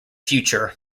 future